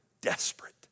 desperate